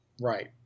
Right